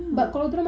mm